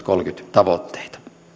tavoitteita